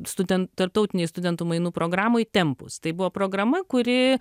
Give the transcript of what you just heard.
studen tarptautinėj studentų mainų programoj tempus tai buvo programa kuri